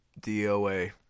DOA